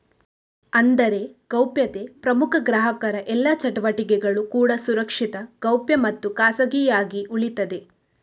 ಅಂದ್ರೆ ಗೌಪ್ಯತೆ ಪ್ರಕಾರ ಗ್ರಾಹಕರ ಎಲ್ಲಾ ಚಟುವಟಿಕೆಗಳು ಕೂಡಾ ಸುರಕ್ಷಿತ, ಗೌಪ್ಯ ಮತ್ತು ಖಾಸಗಿಯಾಗಿ ಉಳೀತದೆ